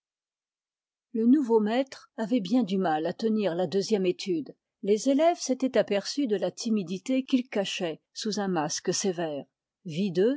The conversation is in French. le nouveau maître avait bien du mal à tenir la deuxième étude les élèves s'étaient aperçus de la timidité qu'il cachait sous un masque sévère